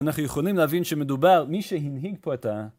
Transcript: אנחנו יכולים להבין שמדובר מי שהנהיג פה את ה...